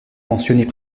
mentionnée